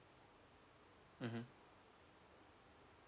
mmhmm